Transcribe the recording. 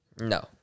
No